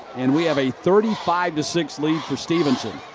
and we have a thirty five six lead for stephenson.